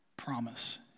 promise